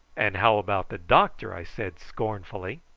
and how about the doctor? i said scornfully.